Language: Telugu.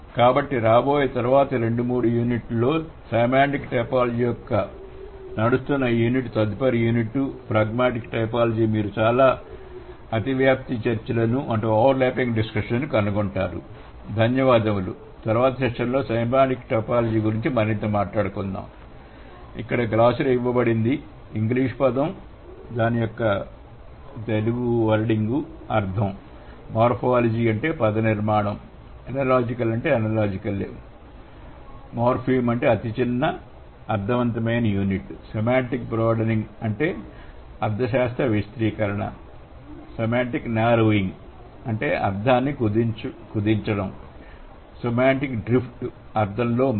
కాబట్టిరాబోయే తరువాతి రెండు యూనిట్లు లేదా సెమాంటిక్ టైపోలాజీ మరియు నడుస్తున్నఈ యూనిట్ తదుపరి యూనిట్ ప్రాగ్మాటిక్ టైపోలాజీ మీరు చాలా అతివ్యాప్తి చర్చలను కనుగొంటారు